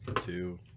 two